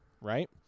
right